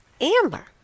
Amber